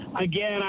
Again